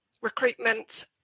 recruitment